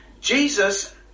Jesus